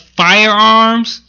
firearms